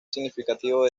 significativo